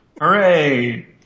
Hooray